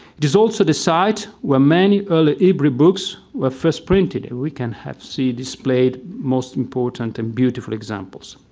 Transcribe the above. it is also the site where many early hebrew books were first printed, and we can have see displayed most important and beautiful examples.